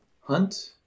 Hunt